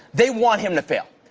they want him to fail.